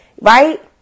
Right